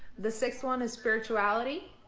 the sixth one is spirituality.